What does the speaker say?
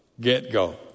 get-go